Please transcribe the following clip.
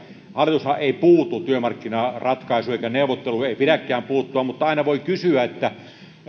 hallitushan ei puutu työmarkkinaratkaisuihin eikä neuvotteluihin sen ei pidäkään puuttua mutta aina voi kysyä